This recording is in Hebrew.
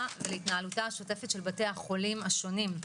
והתנהלותם השוטפת של בתי החולים השונים.